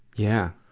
yeah.